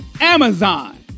Amazon